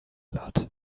lot